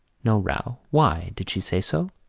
no row. why? did she say so?